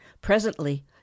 Presently